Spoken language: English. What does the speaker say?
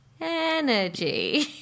energy